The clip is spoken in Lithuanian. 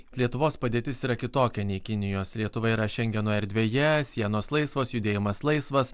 lietuvos padėtis yra kitokia nei kinijos lietuva yra šengeno erdvėje sienos laisvos judėjimas laisvas